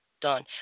Done